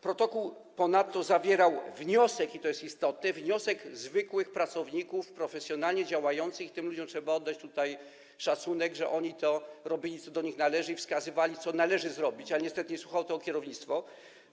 Protokół ponadto zawierał wniosek, i to jej istotne, zwykłych pracowników profesjonalnie działających - i tym ludziom trzeba oddać tutaj szacunek, że oni robili, co do nich należy, i wskazywali, co należy zrobić, ale niestety nie słuchało tego kierownictwo